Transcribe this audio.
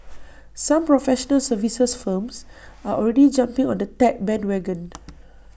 some professional services firms are already jumping on the tech bandwagon